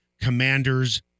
Commanders